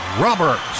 Roberts